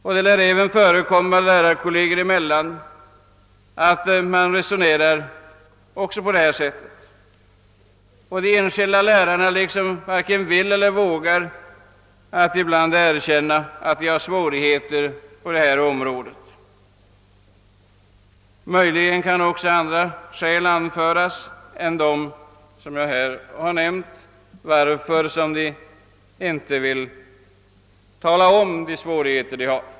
Också lärarkoleger emellan lär det förekomma att man resonerar på detta sätt. Den enskilde läraren vill eller vågar ibland inte erkänna att han eller hon har svårigheter på området. Möjligen kan också andra skäl anföras än de jag här nämnt till att lärarna inte vill tala om sina svårigheter.